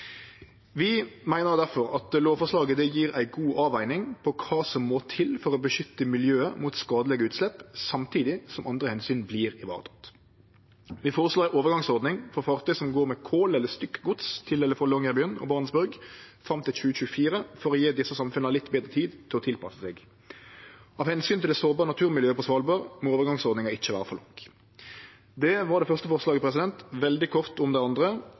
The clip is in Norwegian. Vi meiner difor at lovforslaget gjev ei god avveging med omsyn til kva som må til for å beskytte miljøet mot skadelege utslepp, samtidig som andre omsyn vert varetekne. Vi foreslår ei overgangsordning for fartøy som går med kol eller stykkgods til eller frå Longyearbyen og Barentsburg, fram til 2024, for å gje desse samfunna litt betre tid til å tilpasse seg. Av omsyn til det sårbare naturmiljøet på Svalbard må overgangsordninga ikkje vere for lang. Det var det første forslaget. Veldig kort om det andre: